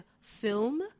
film